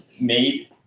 made